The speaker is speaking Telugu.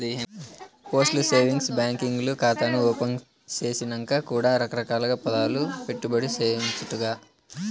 పోస్టల్ సేవింగ్స్ బాంకీల్ల కాతాను ఓపెనింగ్ సేసినంక కూడా రకరకాల్ల పదకాల్ల పెట్టుబడి సేయచ్చంటగా